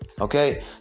Okay